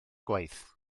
gwaith